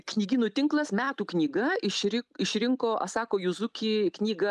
knygynų tinklas metų knyga išri išrinko asako juzuki knygą